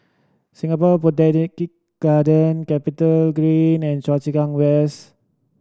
Singapore Botanic Garden CapitaGreen and Choa Chu Kang West